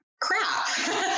crap